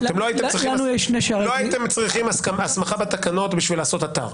לא הייתם צריכים הסמכה בתקנות כדי לעשות אתר.